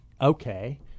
okay